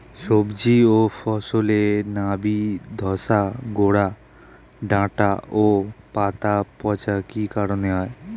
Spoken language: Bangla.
সবজি ও ফসলে নাবি ধসা গোরা ডাঁটা ও পাতা পচা কি কারণে হয়?